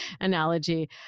analogy